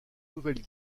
nouvelle